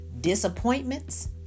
disappointments